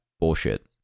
bullshit